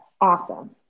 awesome